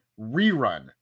rerun